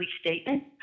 statement